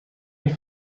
die